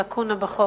לקונה בחוק.